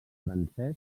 francès